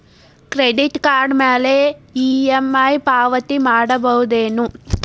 Credit card ಮ್ಯಾಲೆ EMI ಪಾವತಿ ಮಾಡ್ಬಹುದೇನು?